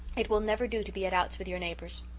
it will never do to be at outs with your neighbours.